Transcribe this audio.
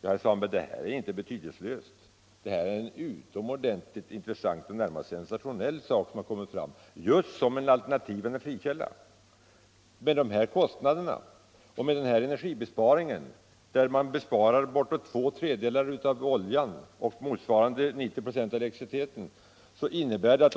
Ja, herr Svanberg, det här är inte betydelselöst — det är en utomordentligt intressant och närmast sensationell sak som kommit fram just som en alternativ energikälla. Det är fråga om både kostnadsbesparingar och en energibesparing. Man sparar bortåt två tredjedelar av oljan eller 90 94 av motsvarande elektricitet.